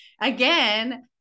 again